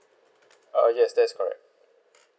err yes that's correct